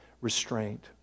Restraint